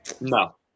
No